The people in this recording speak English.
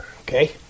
Okay